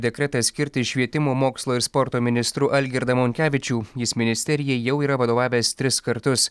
dekretą skirti švietimo mokslo ir sporto ministru algirdą monkevičių jis ministerijai jau yra vadovavęs tris kartus